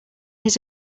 his